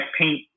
paint